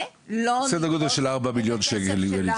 סדר גודל של 4 מיליון שקלים.